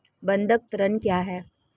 बंधक ऋण क्या है?